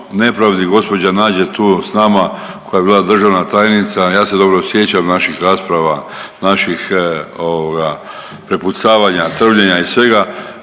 nepravdi, gđa Nađ je tu s nama koja je bila državna tajnica, ja se dobro sjećam naših rasprava, naših ovoga, prepucavanja, trvljenja i svega,